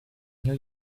new